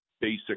basic